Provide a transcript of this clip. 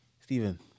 Stephen